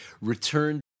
returned